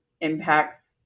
impacts